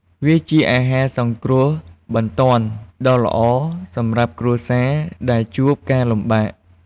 វាជាអាហារសង្គ្រោះបន្ទាន់ដ៏ល្អសម្រាប់គ្រួសារដែលជួបការលំបាក។